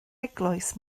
eglwys